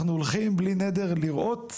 אנחנו הולכים בלי נדר לראות,